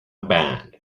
band